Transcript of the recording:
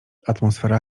atmosfera